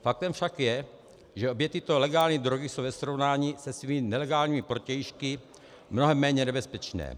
Faktem však je, že obě tyto legální drogy jsou ve srovnání se svými nelegálními protějšky mnohem méně nebezpečné.